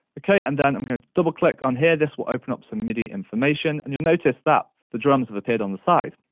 okay and then i'm gonna double click on here. this will open up some midi information and you'll notice that the drums have appeared on the side.